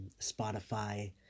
Spotify